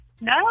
No